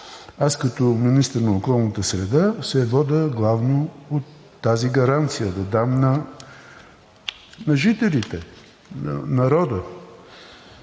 Аз като министър на околната среда се водя главно от тази гаранция – да дам на жителите, на народа.